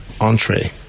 entree